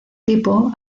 tipo